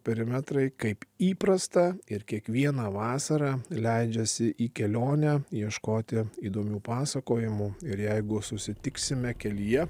perimetrai kaip įprasta ir kiekvieną vasarą leidžiasi į kelionę ieškoti įdomių pasakojimų ir jeigu susitiksime kelyje